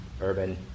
urban